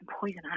poison